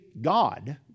God